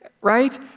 right